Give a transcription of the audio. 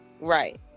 right